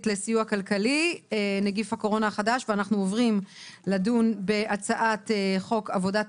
השעה היא 12:00. אנחנו עוברים לדון בהצעת חוק עבודת